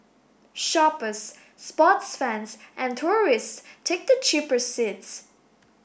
shoppers sports fans and tourists take the cheaper seats